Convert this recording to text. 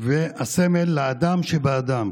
והסמל לאדם שבאדם.